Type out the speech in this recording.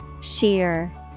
Sheer